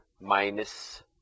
minus